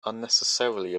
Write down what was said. unnecessarily